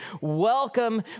welcome